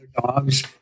dogs